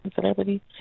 celebrity